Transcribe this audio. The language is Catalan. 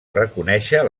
reconèixer